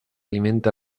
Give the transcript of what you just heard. alimenta